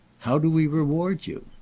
how do we reward you?